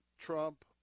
Trump